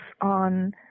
on